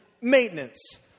maintenance